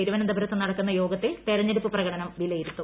തിരുവനന്തപുരത്ത് നടക്കുന്ന യോഗത്തിൽ തെരെഞ്ഞടുപ്പ് പ്രകടനം വിലയിരുത്തും